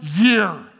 year